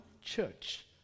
church